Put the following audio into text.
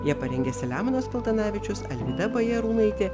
ją parengė selemonas paltanavičius alvyda bajarūnaitė